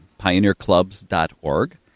pioneerclubs.org